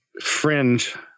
fringe